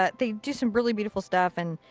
ah they do some really beautiful stuff and,